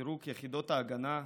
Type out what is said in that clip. פירוק יחידות ההגנה,